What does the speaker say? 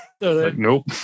Nope